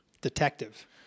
Detective